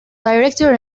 director